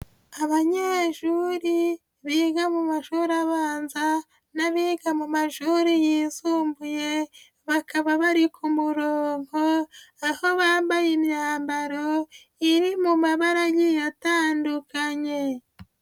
Abanyeshuri biga mu mashuri abanza n'abiga mu mashuri yisumbuye, bakaba bari ku muronko, aho bambaye imyambaro iri mu mabara agiye atandukanye.